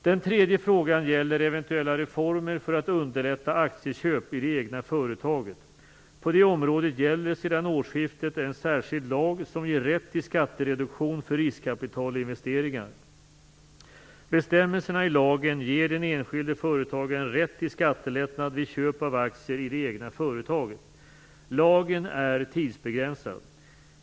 Den tredje frågan gäller eventuella reformer för att underlätta aktieköp i det egna företaget. På det området gäller sedan årsskiftet en särskild lag som ger rätt till skattereduktion för riskkapitalinvesteringar. Bestämmelserna i lagen ger den enskilde företagaren rätt till skattelättnad vid köp av aktier i det egna företaget. Lagen är tidsbegränsad.